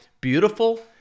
beautiful